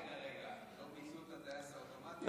רגע, רגע, לא ביטלו את הטייס האוטומטי?